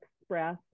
express